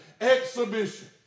exhibition